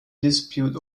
dispute